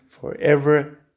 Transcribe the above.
forever